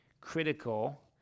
critical